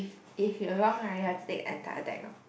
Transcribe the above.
if you're wrong right you have to take entire deck hor